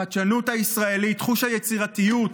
החדשנות הישראלית, חוש היצירתיות,